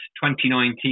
2019